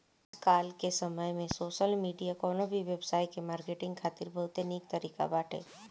आजकाल के समय में सोशल मीडिया कवनो भी व्यवसाय के मार्केटिंग खातिर बहुते निक तरीका बाटे